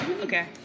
Okay